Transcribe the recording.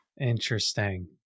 interesting